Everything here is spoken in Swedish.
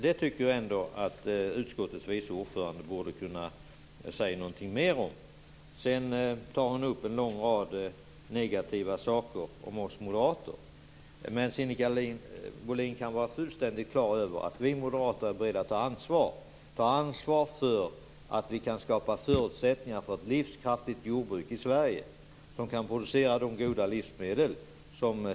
Det borde utskottets vice ordförande kunna säga något mer om. Sinikka Bohlin tar upp en rad negativa saker om oss moderater. Men Sinikka Bohlin kan vara fullständigt klar över att vi moderater tar ansvar för att skapa förutsättningar för ett livskraftigt jordbruk i Sverige som kan producera goda livsmedel.